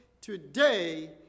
Today